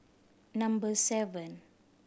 number seven